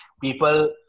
people